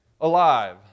alive